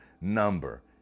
number